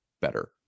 better